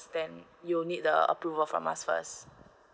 then you will need the approval from us first